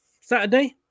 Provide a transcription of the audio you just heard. Saturday